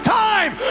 time